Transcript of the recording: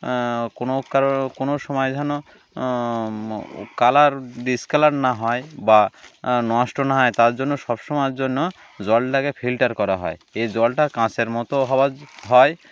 কোনো কারো কোনো সময় যেন কালার ডিসকালার না হয় বা নষ্ট না হয় তার জন্য সব সময়ের জন্য জলটাকে ফিল্টার করা হয় এই জলটা কাঁচের মতো হওয়া হয়